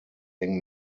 eng